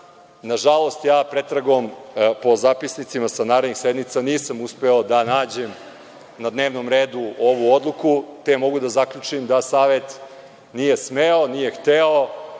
Nažalost, ja pretragom po zapisnicima sa narednih sednica nisam uspeo da nađem na dnevnom redu ovu odluku, te mogu da zaključim da Savet nije smeo, nije hteo